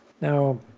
now